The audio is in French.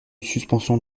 suspension